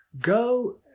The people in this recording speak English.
go